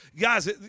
guys